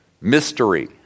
mystery